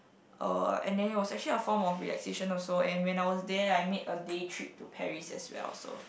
uh and then it was actually a form of relaxation also and when I was there I made a day trip to Paris as well so